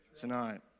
tonight